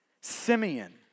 Simeon